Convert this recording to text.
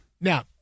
now